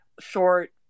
short